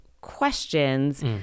questions